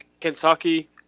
Kentucky